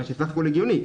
מה שסך הכול הגיוני,